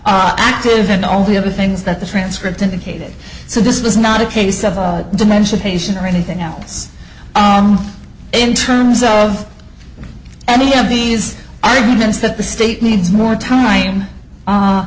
all active and all the other things that the transcript indicated so this was not a case of a dementia patient or anything else in terms of any of these arguments that the state needs more time